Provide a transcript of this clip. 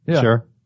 sure